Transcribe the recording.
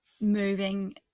moving